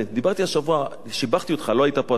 דיברתי השבוע, שיבחתי אותך, לא היית פה שבוע,